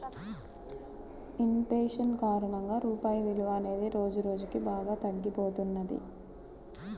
in fashion కారణంగా రూపాయి విలువ అనేది రోజురోజుకీ బాగా తగ్గిపోతున్నది